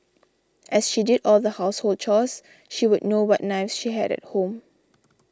as she did all the household chores she would know what knives she had at home